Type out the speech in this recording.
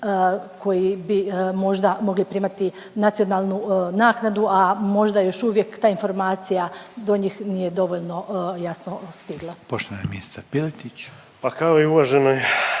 koji bi možda mogli primati nacionalnu naknadu, a možda još uvijek ta informacija do njih nije dovoljno jasno stigla? **Reiner, Željko (HDZ)** Poštovani